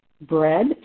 bread